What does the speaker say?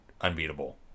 unbeatable